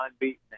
unbeaten